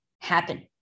happen